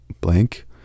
blank